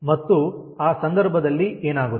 ಮತ್ತು ಆ ಸಂದರ್ಭದಲ್ಲಿ ಏನಾಗುತ್ತದೆ